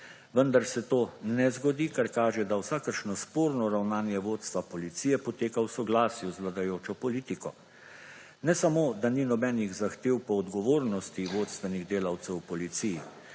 Vendar se to ne zgodi, kar kaže, da vsakršno sporno ravnanje vodstva policije poteka v soglasju z vladajočo politiko. Ne samo da ni nobenih zahtev po odgovornosti vodstvenih delavcev v policiji,